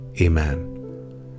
Amen